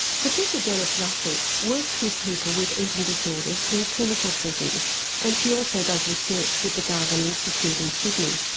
professor janice russell works with people with eating disorders in clinical settings and she also does research with the garvan institute in sydney.